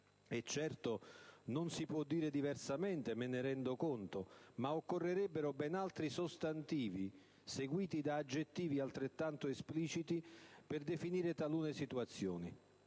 Certo, non si può dire diversamente - me ne rendo conto - ma occorrerebbero ben altri sostantivi, seguiti da aggettivi altrettanto espliciti, per definire talune situazioni.